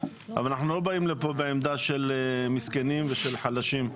אבל אנחנו לא באים לפה בעמדה של מסכנים ושל חלשים.